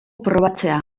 probatzea